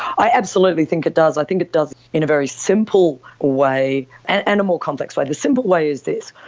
i absolutely think it does, i think it does in a very simple way and a more complex way. the simple way is this,